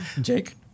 Jake